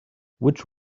which